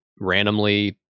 randomly